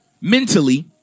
mentally